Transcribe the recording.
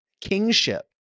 kingship